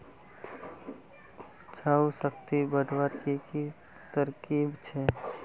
उपजाऊ शक्ति बढ़वार की की तरकीब छे?